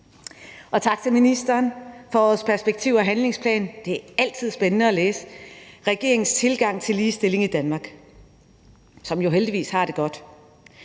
Tak til ministeren for årets perspektiv- og handlingsplan. Det er altid spændende at læse om regeringens tilgang til ligestilling i Danmark, som jo heldigvis har det godt.